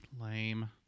Lame